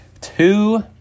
two